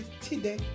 today